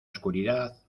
oscuridad